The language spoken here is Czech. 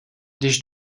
když